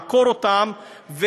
לעקור אותם,